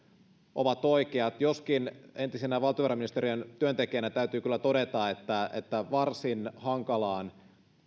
ovat oikeat joskin entisenä valtiovarainministeriön työntekijänä täytyy kyllä todeta että että varsin hankalaan